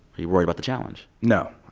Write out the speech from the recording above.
are you worried about the challenge? no,